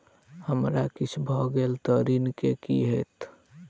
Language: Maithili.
हमरा किछ भऽ गेल तऽ ऋण केँ की होइत?